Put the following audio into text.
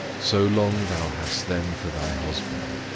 so long thou hast them for thy husband,